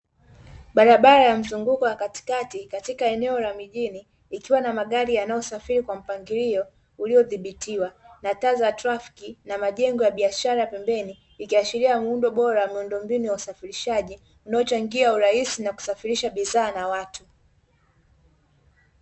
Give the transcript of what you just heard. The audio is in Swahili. Barabara ya mzunguko wa katikati katika eneo la mijini ikiwa na magari yanayosafiri kwa mpangilio uliodhibitiwa, na taa za trafiki na majengo ya biashara pembeni, ikiashiria muundo bora wa miundombinu ya usafirishaji, unaochangia urahisi na kusafirisha bidhaa na watu.